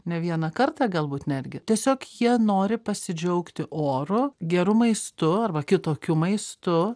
ne vieną kartą galbūt netgi tiesiog jie nori pasidžiaugti oru geru maistu arba kitokiu maistu